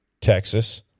Texas